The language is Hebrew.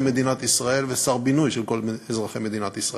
מדינת ישראל ושר בינוי של כל אזרחי מדינת ישראל,